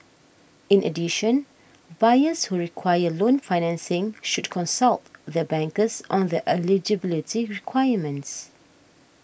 in addition buyers who require loan financing should consult their bankers on their eligibility requirements